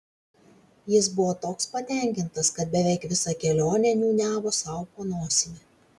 jis buvo toks patenkintas kad beveik visą kelionę niūniavo sau po nosimi